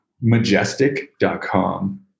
majestic.com